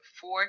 four